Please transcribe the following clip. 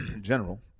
general